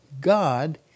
God